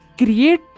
Create